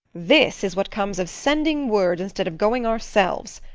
this is what comes of sending word instead of going ourselves.